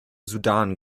sudan